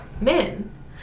men